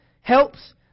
helps